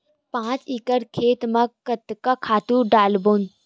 पांच एकड़ खेत म कतका खातु डारबोन?